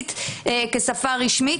הערבית כשפה רשמית.